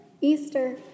Easter